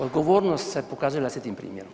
Odgovornost se pokazuje vlastitim primjerom.